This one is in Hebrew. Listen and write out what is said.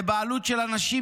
בבעלות של אנשים